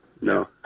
no